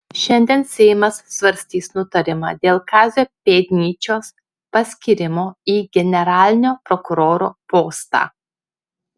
šiandien seimas svarstys nutarimą dėl kazio pėdnyčios paskyrimo į generalinio prokuroro postą